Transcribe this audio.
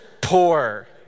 poor